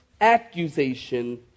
accusation